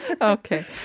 Okay